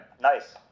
Nice